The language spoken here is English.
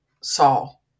Saul